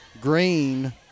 green